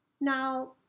Now